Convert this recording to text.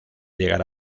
llegar